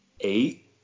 eight